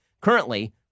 Currently